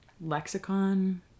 lexicon